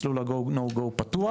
מסלול ה-GO NO GO פתוח,